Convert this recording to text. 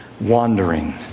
wandering